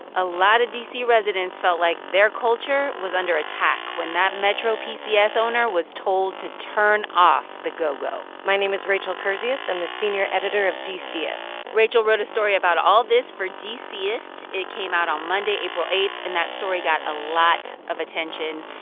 a lot of d c. residents felt like their culture was under attack when that metro pcs owner was told to turn off the go-go my name is rachel kurzius. i'm the senior editor of dcist rachel wrote a story about all this for dcist. it came out on monday, april eight, and that story got a lot of attention.